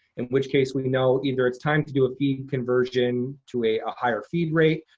in which case we know either it's time to do a feed conversion to a a higher feed rate,